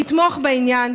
תתמוך בעניין.